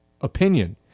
Opinion